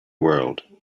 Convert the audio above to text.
world